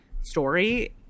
story